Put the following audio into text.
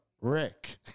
Rick